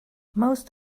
most